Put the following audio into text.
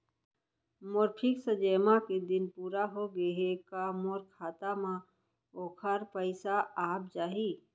मोर fix जेमा के दिन पूरा होगे हे का मोर खाता म वोखर पइसा आप जाही?